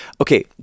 Okay